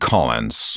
Collins